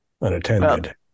unattended